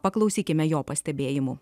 paklausykime jo pastebėjimų